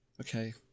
Okay